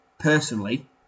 personally